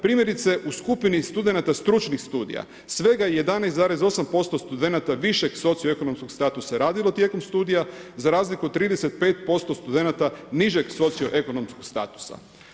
Primjerice u skupini studenata stručnih studija, svega 11,8% studenata višeg socio ekonomskog statusa je radilo tijekom studija, za razliku od 35% studenata nižeg socio ekonomskog statusa.